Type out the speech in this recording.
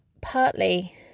partly